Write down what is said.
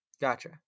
Gotcha